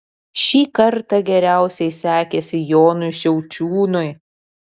šį kartą geriausiai sekėsi jonui šiaučiūnui